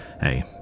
hey